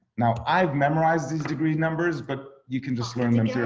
now i've memorized these degrees numbers, but you can just learn them,